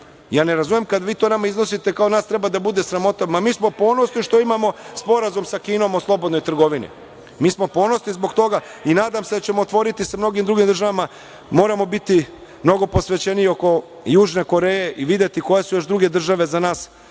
ne razumem kad vi to nama iznosite kao nas treba da bude sramota, ma mi smo ponosni što imamo sporazum sa Kinom o slobodnoj trgovini. Mi smo ponosni zbog toga i nadam se da ćemo otvoriti sa mnogim drugim državama. Moramo biti mnogo posvećeniji oko Južne Koreje i videti koje su još druge države za nas